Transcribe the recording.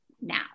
now